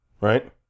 right